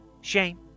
Shame